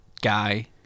guy